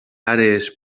àrees